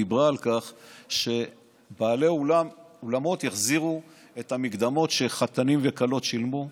דיברה על כך שבעלי אולמות יחזירו את המקדמות שחתנים וכלות שילמו,